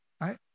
right